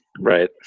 right